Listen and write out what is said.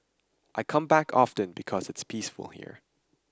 I come back often because it's peaceful here